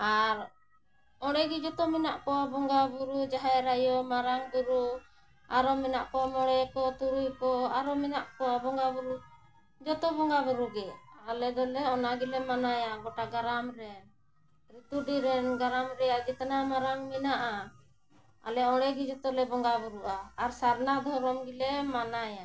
ᱟᱨ ᱚᱸᱰᱮᱜᱮ ᱡᱷᱚᱛᱚ ᱢᱮᱱᱟᱜ ᱠᱚᱣᱟ ᱵᱚᱸᱜᱟ ᱵᱩᱨᱩ ᱡᱟᱦᱮᱨ ᱟᱭᱳ ᱢᱟᱨᱟᱝ ᱵᱩᱨᱩ ᱟᱨᱚ ᱢᱮᱱᱟᱜ ᱠᱚᱣᱟ ᱢᱚᱬᱮ ᱠᱚ ᱛᱩᱨᱩᱭ ᱠᱚ ᱟᱨᱦᱚᱸ ᱢᱮᱱᱟᱜ ᱠᱚᱣᱟ ᱵᱚᱸᱜᱟ ᱵᱩᱨᱩ ᱡᱷᱚᱛᱚ ᱵᱚᱸᱜᱟ ᱵᱩᱨᱩ ᱜᱮ ᱟᱞᱮ ᱫᱚᱞᱮ ᱚᱱᱟ ᱜᱮᱞᱮ ᱢᱟᱱᱟᱣᱟ ᱜᱚᱴᱟ ᱜᱨᱟᱢ ᱨᱮᱱ ᱨᱤᱛᱩᱰᱤ ᱨᱮᱱ ᱜᱨᱟᱢ ᱨᱮᱱᱟᱜ ᱡᱤᱛᱱᱟ ᱢᱟᱨᱟᱝ ᱢᱮᱱᱟᱜᱼᱟ ᱟᱞᱮ ᱚᱸᱰᱮ ᱜᱮ ᱡᱷᱚᱛᱚ ᱞᱮ ᱵᱚᱸᱜᱟ ᱵᱩᱨᱩᱜᱼᱟ ᱟᱨ ᱥᱟᱨᱱᱟ ᱫᱷᱚᱨᱚᱢ ᱜᱮᱞᱮ ᱢᱟᱱᱟᱭᱟ